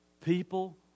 People